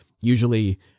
usually